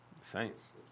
Saints